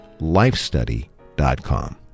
lifestudy.com